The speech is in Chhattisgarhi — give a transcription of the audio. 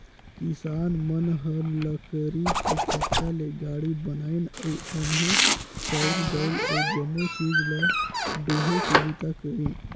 किसान मन ह लकरी के चक्का ले गाड़ी बनाइन अउ ओम्हे चाँउर दायल अउ जमो चीज ल डोहे के बूता करिन